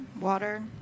Water